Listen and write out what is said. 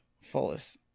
fullest